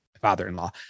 father-in-law